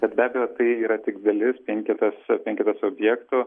bet be abejo tai yra tik dalis penketas penketas objektų